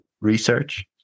research